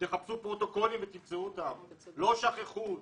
תחפשו פרוטוקולים, לא שכחו.